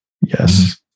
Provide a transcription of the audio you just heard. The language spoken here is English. Yes